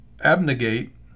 abnegate